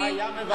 לא היה מבזה.